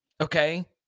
Okay